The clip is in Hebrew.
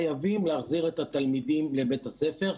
חייבים להחזיר את התלמידים לבית הספר,